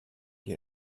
ihr